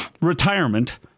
retirement